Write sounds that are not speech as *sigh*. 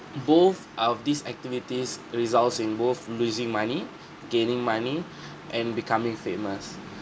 both of these activities results in both losing money *breath* gaining money *breath* and becoming famous